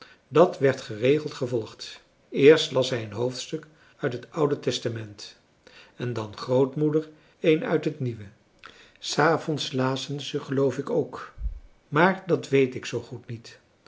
dat werd geregeld gevolgd eerst las hij een hoofdstuk uit het oude testament en dan grootmoeder een uit het nieuwe s avonds lazen ze geloof ik ook maar dat weet ik zoo goed niet